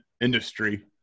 industry